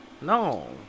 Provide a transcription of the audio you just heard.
no